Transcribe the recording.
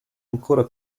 ancora